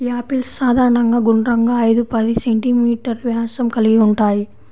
apples సాధారణంగా గుండ్రంగా, ఐదు పది సెం.మీ వ్యాసం కలిగి ఉంటాయి